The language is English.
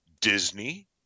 Disney